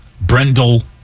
Brendel